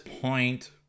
point